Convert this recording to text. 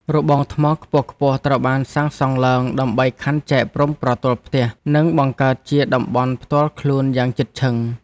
របងថ្មខ្ពស់ៗត្រូវបានសាងសង់ឡើងដើម្បីខណ្ឌចែកព្រំប្រទល់ផ្ទះ និងបង្កើតជាតំបន់ផ្ទាល់ខ្លួនយ៉ាងជិតឈឹង។